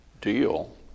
deal